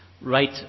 right